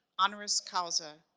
honoris causa,